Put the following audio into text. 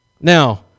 Now